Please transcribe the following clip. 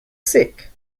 sick